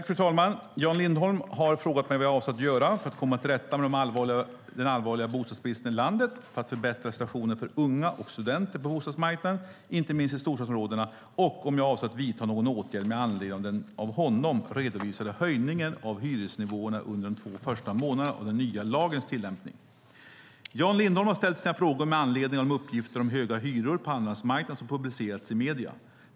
Fru talman! Jan Lindholm har frågat mig vad jag avser att göra för att komma till rätta med den allvarliga bostadsbristen i landet, för att förbättra situationen för unga och studenter på bostadsmarknaden, inte minst i storstadsområdena, och om jag avser att vidta någon åtgärd med anledning av den av honom redovisade höjningen av hyresnivåerna under de två första månaderna av den nya lagens tillämpning. Jan Lindholm har ställt sina frågor med anledning av de uppgifter om höga hyror på andrahandsmarknaden som publicerats i medierna.